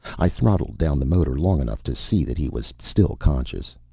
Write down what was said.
i throttled down the motor long enough to see that he was still conscious.